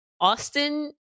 austin